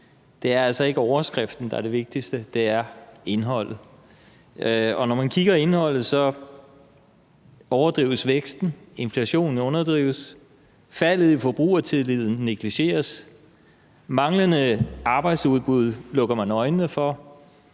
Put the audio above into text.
det er altså ikke overskriften, der er det vigtigste. Det er indholdet. Og når man kigger i indholdet, overdrives væksten, inflationen underdrives, faldet i forbrugertilliden negligeres, det manglende arbejdsudbud lukker man øjnene for,